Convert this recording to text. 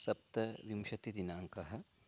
सप्तविंशतिदिनाङ्कः